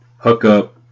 hookup